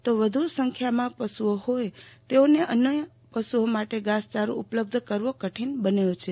તો વધુ સંખ્યામાં પશુઓ હોય તેઓને અન્ય પશુઓ માટે ઘાસચારો ઉપલબ્ધ કરવો કઠિન બને છે